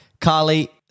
Carly